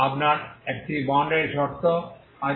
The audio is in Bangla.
আপনার একটি বাউন্ডারিশর্ত আছে